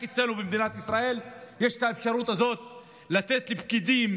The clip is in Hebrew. רק אצלנו במדינת ישראל יש את האפשרות הזאת לתת לפקידים,